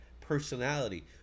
personality